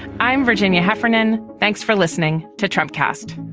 i'm virginia heffernan. thanks for listening to trump cast